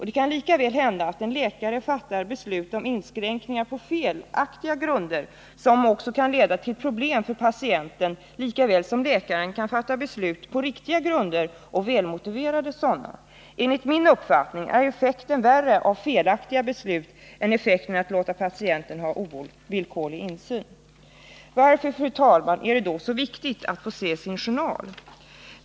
Det kan lika väl hända att en läkare på felaktiga grunder fattar beslut om inskränkningar som också kan leda till problem för patienten, lika väl som läkaren kan fatta välmotiverade och på riktiga grunder vilande beslut. Enligt min uppfattning är effekten av felaktiga beslut värre än effekten av att låta patienten ha en ovillkorlig insyn. Varför, fru talman, är det då så viktigt att få se sin journal?